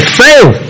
fail